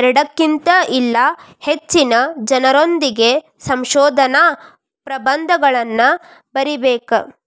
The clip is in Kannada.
ಎರಡಕ್ಕಿನ್ತ ಇಲ್ಲಾ ಹೆಚ್ಚಿನ ಜನರೊಂದಿಗೆ ಸಂಶೋಧನಾ ಪ್ರಬಂಧಗಳನ್ನ ಬರಿಬೇಕ್